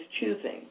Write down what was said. choosing